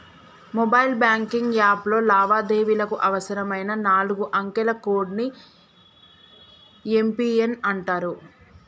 mobile banking యాప్లో లావాదేవీలకు అవసరమైన నాలుగు అంకెల కోడ్ ని యం.పి.ఎన్ అంటరు